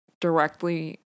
directly